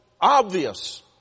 obvious